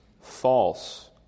false